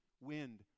wind